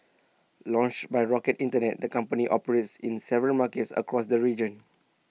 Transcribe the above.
launched by rocket Internet the company operates in several markets across the region